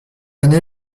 année